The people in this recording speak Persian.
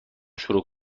شروع